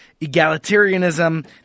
egalitarianism